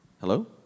Hello